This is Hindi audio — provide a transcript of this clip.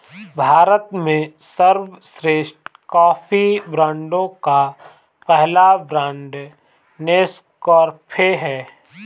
भारत में सर्वश्रेष्ठ कॉफी ब्रांडों का पहला ब्रांड नेस्काफे है